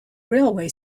railway